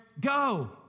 go